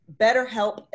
betterhelp